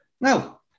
Now